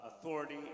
authority